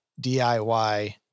DIY